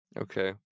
Okay